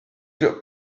group